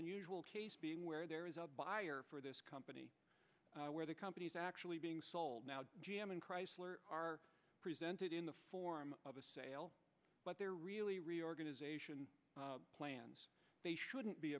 unusual case where there is a buyer for this company where the companies actually being sold now g m and chrysler are presented in the form of a sale but they're really reorganization plans they shouldn't be